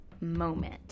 moment